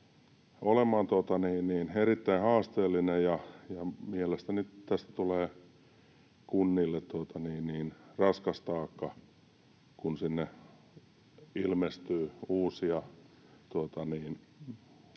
olemaan erittäin haasteellinen, ja ihan mielestäni tästä tulee kunnille raskas taakka, kun sinne ilmestyy uusia